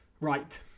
Right